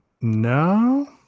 No